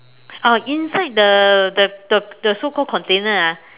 oh inside the the the so called container ah